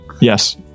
Yes